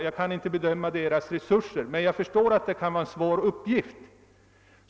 Jag kan inte bedöma myndigheternas resurser härför, men jag inser svårigheterna.